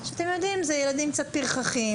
אתם יודעים, אלו ילדים קצת פרחחים.